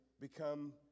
become